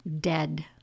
dead